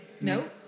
no